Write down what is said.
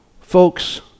Folks